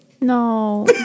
no